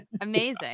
Amazing